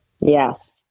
Yes